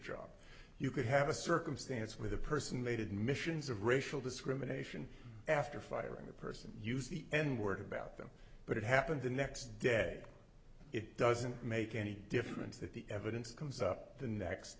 job you could have a circumstance where the person they did missions of racial discrimination after firing a person use the n word about them but it happened the next day it doesn't make any difference that the evidence comes up the next